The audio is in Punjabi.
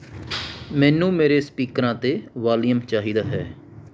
ਮੈਨੂੰ ਮੇਰੇ ਸਪੀਕਰਾਂ 'ਤੇ ਵਾਲੀਅਮ ਚਾਹੀਦਾ ਹੈ